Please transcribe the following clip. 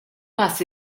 pass